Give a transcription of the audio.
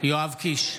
יואב קיש,